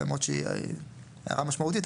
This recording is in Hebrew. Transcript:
למרות שהיא הערה משמעותית,